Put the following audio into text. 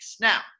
Now